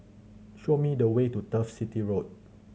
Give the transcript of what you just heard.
show me the way to Turf City Road